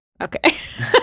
Okay